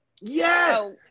Yes